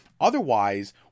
otherwise